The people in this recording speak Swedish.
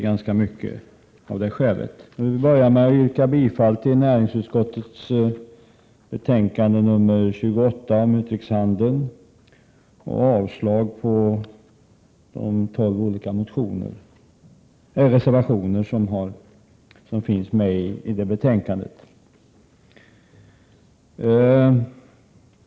Jag vill börja med att yrka bifall till hemställan i näringsutskottets 127 finns med i detta betänkande.